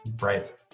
right